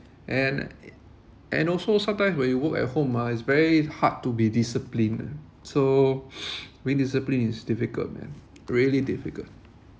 and and also sometimes when you work at home ah it's very hard to be disciplined ah so being disciplined is difficult man really difficult